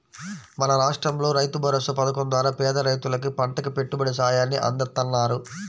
మన రాష్టంలో రైతుభరోసా పథకం ద్వారా పేద రైతులకు పంటకి పెట్టుబడి సాయాన్ని అందిత్తన్నారు